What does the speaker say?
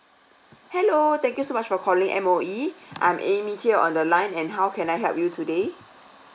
hello thank you so much for calling M_O_E I'm amy here on the line and how can I help you today